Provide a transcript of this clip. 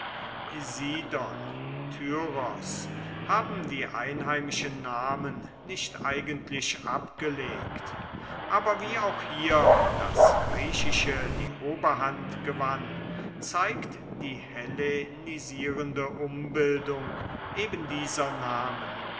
sidon tyros haben die einheimischen namen nicht eigentlich abgelegt aber wie auch hier das griechische die oberhand gewann zeigt die hellenisierende umbildung eben dieser